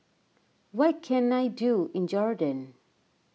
what can I do in Jordan